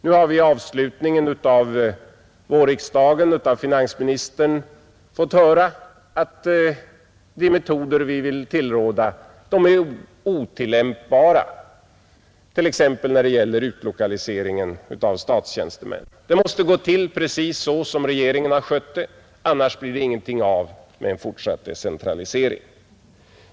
Nu har vi vid avslutningen av vårriksdagen av finansministern fått veta att de metoder vi vill tillråda inte är tillämpbara t.ex. när det gäller utlokalisering av statstjänstemän. Det måste gå till precis så som regeringen har skött det, annars blir det ingenting av med en fortsatt decentralisering.